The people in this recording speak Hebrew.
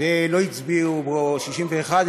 ולא הצביעו בו 61,